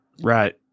Right